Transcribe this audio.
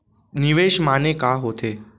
निवेश माने का होथे?